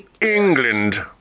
England